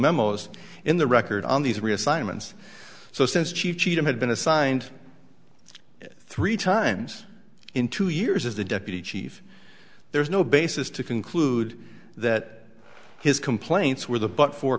memos in the record on these reassignments so since she had been assigned three times in two years as the deputy chief there's no basis to conclude that his complaints were the but for